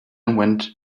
went